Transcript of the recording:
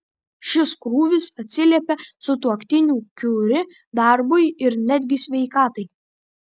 šis krūvis atsiliepia sutuoktinių kiuri darbui ir netgi sveikatai